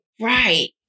right